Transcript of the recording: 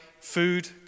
food